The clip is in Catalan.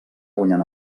guanyant